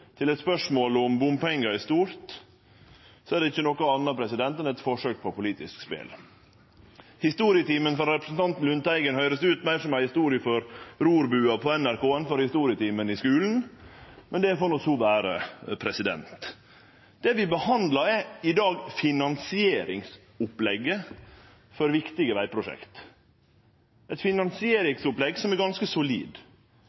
til eit spørsmål om bompengar i stort, er det ikkje noko anna enn eit forsøk på politisk spel. Historietimen frå representanten Lundteigen høyrest meir ut som ei historie for Rorbua på NRK enn for historietimen i skulen, men det får no så vere. Det vi behandlar i dag, er finansieringsopplegget for viktige vegprosjekt. Det er eit